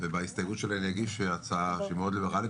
ובהסתייגות שלי אני אגיש הצעה שמאוד ליברלית